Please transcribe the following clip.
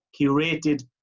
curated